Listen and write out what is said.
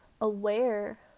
aware